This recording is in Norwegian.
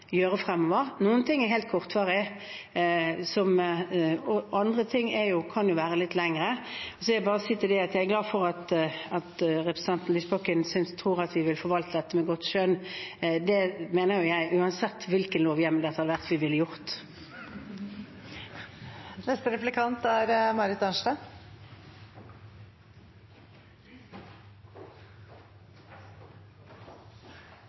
gjøre fremover. Noen ting er helt kortvarige. Andre ting kan vare litt lenger. Jeg er glad for at representanten Lysbakken tror at vi vil forvalte dette med godt skjønn. Det mener jeg at vi ville gjort uansett hvilken lovhjemmel det hadde vært. Denne saken har bidratt med noen dilemmaer og vanskelige avveininger hos mange av oss, tror jeg. Jeg synes at noe av det viktige med denne saken er